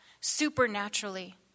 Supernaturally